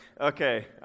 okay